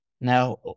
Now